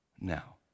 Now